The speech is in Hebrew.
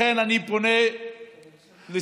לכן אני פונה לשר,